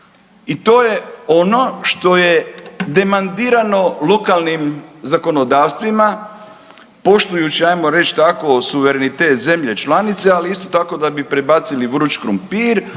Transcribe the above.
I to je ono što je demandirano lokalnim zakonodavstvima, poštujući, ajmo reći tako, suverenitet zemlje članice, ali isto tako, da bi prebacili vruć krumpir,